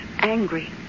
angry